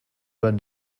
been